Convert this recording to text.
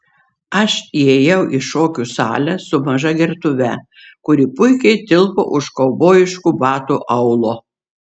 aš įėjau į šokių salę su maža gertuve kuri puikiai tilpo už kaubojiškų batų aulo